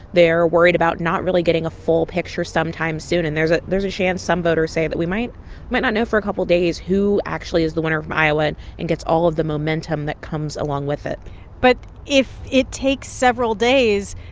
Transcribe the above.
they're worried about not really getting a full picture sometime soon. and there's ah there's a chance, some voters say, that we might might not know for a couple days who actually is the winner from iowa and gets all of the momentum that comes along with it but if it takes several days,